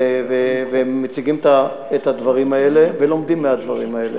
והם מציגים את הדברים האלה ולומדים מהדברים האלה.